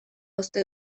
uste